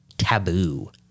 Taboo